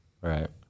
Right